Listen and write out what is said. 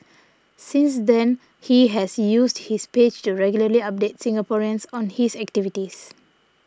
since then he has used his page to regularly update Singaporeans on his activities